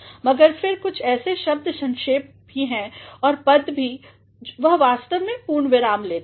मगर फिर ऐसे कुछ शब्द संक्षेप भी हैं और पद भी वह वास्तव में पूर्णविराम लेते हैं